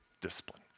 discipline